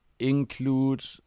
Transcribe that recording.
Include